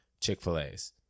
Chick-fil-A's